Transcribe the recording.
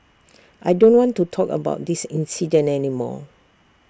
I don't want to talk about this incident any more